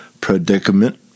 predicament